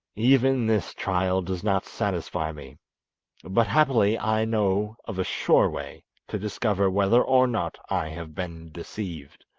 even this trial does not satisfy me but happily i know of a sure way to discover whether or not i have been deceived